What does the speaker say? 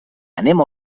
anem